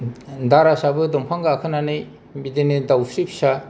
दारासाबो दंफां गाखोनानै बिदिनो दावस्रि फिसा